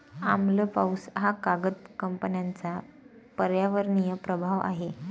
आम्ल पाऊस हा कागद कंपन्यांचा पर्यावरणीय प्रभाव आहे